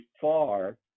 far